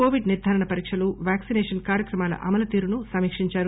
Covid నిర్దారణ పరీక్షలు vaccination కార్యక్రమాల అమలు తీరును సమీక్షించారు